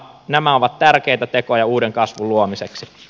nämä ovat tärkeitä tekoja uuden kasvun luomiseksi